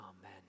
Amen